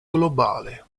globale